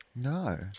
No